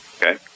Okay